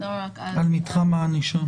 לא רק על העונש מינימום,